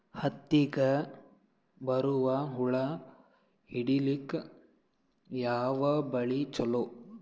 ಹತ್ತಿಗ ಬರುವ ಹುಳ ಹಿಡೀಲಿಕ ಯಾವ ಬಲಿ ಚಲೋ?